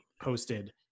posted